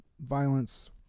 violence